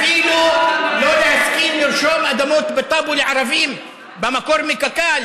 אפילו לא להסכים לרשום אדמות בטאבו לערבים שבמקור מקק"ל,